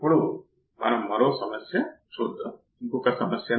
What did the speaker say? ఇప్పుడు మనం చూసినప్పుడు ప్రతి దశ యొక్క పాత్ర ఏమిటి